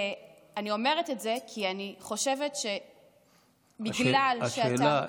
אני אומרת את זה כי אני חושבת שבגלל שאתה, השאלה,